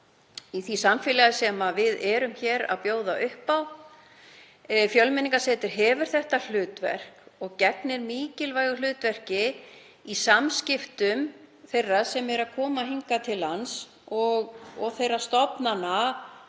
í því samfélagi sem við bjóðum upp á. Fjölmenningarsetur hefur þetta hlutverk og gegnir mikilvægu hlutverki í samskiptum þeirra sem eru að koma hingað til lands og þeirra stofnana